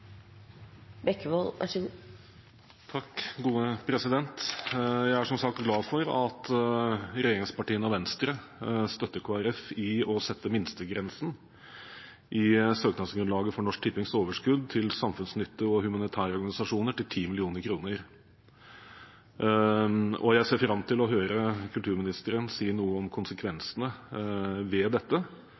som sagt glad for at regjeringspartiene og Venstre støtter Kristelig Folkeparti i å sette minstegrensen i søknadsgrunnlaget for Norsk Tippings overskudd til samfunnsnyttige og humanitære organisasjoner til 10 mill. kr. Jeg ser fram til å høre kulturministeren si noe om konsekvensene av dette.